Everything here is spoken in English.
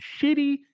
shitty